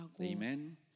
Amen